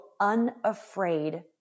unafraid